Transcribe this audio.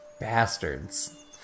bastards